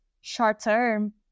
short-term